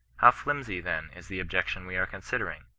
how flimsy then is the objection we are considering!